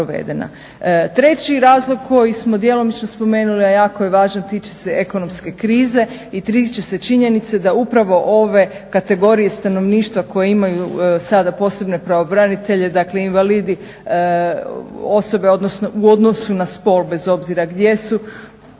Treći razlog koji smo djelomično spomenuli, a jako je važan tiče se ekonomske krize i tiče se činjenice da upravo ove kategorije stanovništva koje imaju sada posebne pravobranitelje, dakle invalidi, osobe u odnosu na spol bez obzir gdje su